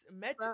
met